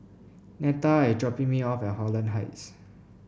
Netta is dropping me off at Holland Heights